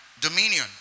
dominion